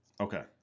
Okay